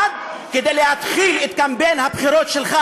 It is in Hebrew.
1. כדי להתחיל את קמפיין הבחירות שלך,